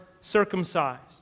circumcised